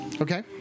Okay